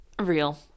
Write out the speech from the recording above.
real